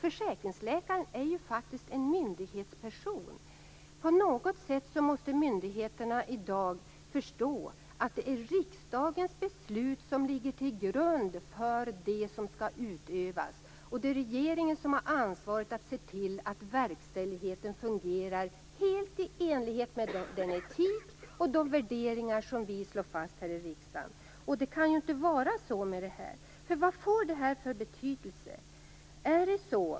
Försäkringsläkaren är faktiskt en myndighetsperson. På något sätt måste myndigheterna i dag förstå att det är riksdagens beslut som ligger till grund för det som skall utövas. Och det är regeringen som har ansvaret att se till att verkställigheten fungerar helt i enlighet med den etik och de värderingar som vi här i riksdagen slår fast. Det kan ju inte vara så i detta fall. Vad får detta för betydelse?